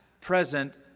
present